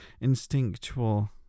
instinctual